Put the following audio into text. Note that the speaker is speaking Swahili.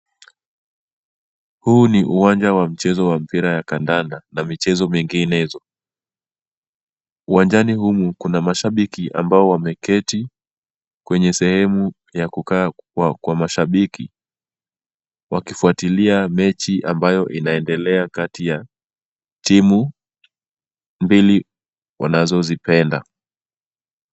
Huu ni uwanja wa mchezo wa mpira wakandanda na michezo minginezo. Uwanjani humu kuna mashabiki ambao wameketi kwenye sehemu ya kukaa kwa mashabiki wakifuatilia mechi ambayo inaendelea kati ya timu mbili wanazozipenda.